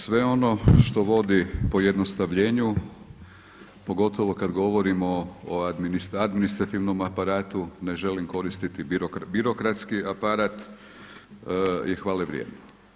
Sve ono što vodi pojednostavljenju, pogotovo kada govorimo o administrativnom aparatu ne želim koristiti birokratski aparat je hvale vrijedno.